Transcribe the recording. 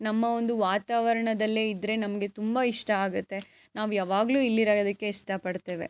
ನಮ್ಮ ಒಂದು ವಾತಾವರಣದಲ್ಲೇ ಇದ್ದರೆ ನಮಗೆ ತುಂಬ ಇಷ್ಟ ಆಗುತ್ತೆ ನಾವು ಯಾವಾಗ್ಲೂ ಇಲ್ಲಿರೋದಕ್ಕೆ ಇಷ್ಟಪಡ್ತೇವೆ